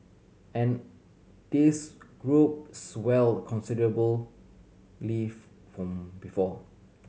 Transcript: and this group swelled considerably from before